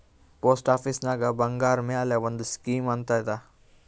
post ಆಫೀಸ್ನಾಗ್ ಬಂಗಾರ್ ಮ್ಯಾಲ ಒಂದ್ ಸ್ಕೀಮ್ ಅಂತ್ ಅದಾ